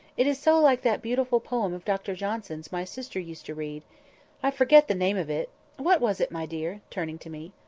it is so like that beautiful poem of dr johnson's my sister used to read i forget the name of it what was it, my dear? turning to me.